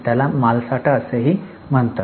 त्याला मालसाठा असेही म्हणतात